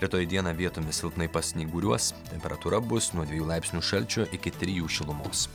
rytoj dieną vietomis silpnai pasnyguriuos temperatūra bus nuo dviejų laipsnių šalčio iki trijų šilumos